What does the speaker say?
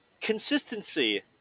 consistency